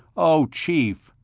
oh, chief!